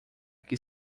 que